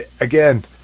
again